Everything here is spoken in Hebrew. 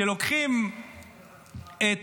שלוקחים את